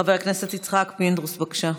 חבר הכנסת יצחק פינדרוס, בבקשה.